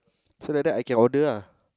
so like that I can order ah